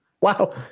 Wow